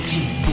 Team